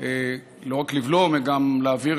לא רק לבלום אלא גם להעביר